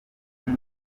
bato